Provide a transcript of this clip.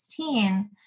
2016